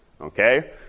Okay